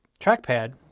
trackpad